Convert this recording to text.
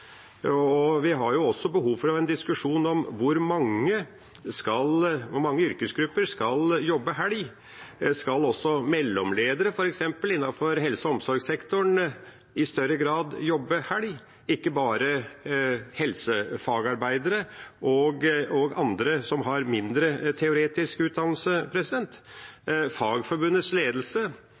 Vi har behov for å ha en diskusjon om hvor mange yrkesgrupper som skal jobbe helg. Skal også mellomledere f.eks. innenfor helse- og omsorgssektoren i større grad jobbe helg, ikke bare helsefagarbeidere og andre som har mindre teoretisk utdannelse? Fagforbundets ledelse,